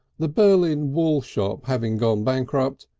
the berlin-wool shop having gone bankrupt,